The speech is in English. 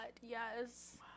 yes